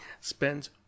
spends